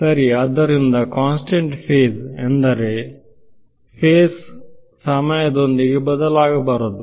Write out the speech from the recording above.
ಸರಿ ಆದ್ದರಿಂದಕಾನ್ಸ್ಟೆಂಟ್ ಫೇಸ್ ಎಂದರೆ ಫೇಸ್ ಸಮಯದೊಂದಿಗೆ ಬದಲಾಗಬಾರದು